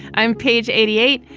i'm page eighty eight.